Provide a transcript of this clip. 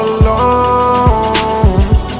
alone